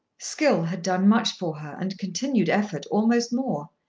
skill had done much for her and continued effort almost more.